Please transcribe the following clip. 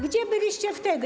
Gdzie byliście wtedy?